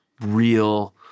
real